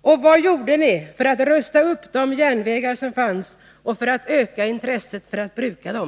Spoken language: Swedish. Och vad gjorde ni för att rusta upp de järnvägar som fanns och för att öka intresset för att bruka dem?